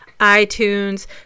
iTunes